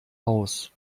aus